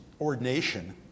ordination